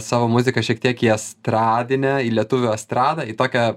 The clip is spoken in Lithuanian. savo muzika šiek tiek į estradinę į lietuvių estradą į tokią